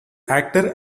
actor